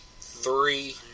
Three